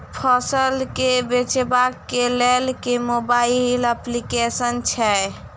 फसल केँ बेचबाक केँ लेल केँ मोबाइल अप्लिकेशन छैय?